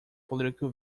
political